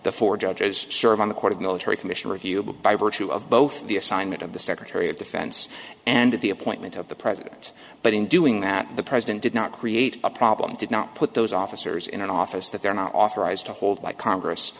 the four judges serve on the court of military commission review by virtue of both the assignment of the secretary of defense and the appointment of the president but in doing that the president did not cry eight a problem did not put those officers in an office that they're not authorized to hold by congress